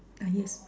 ah yes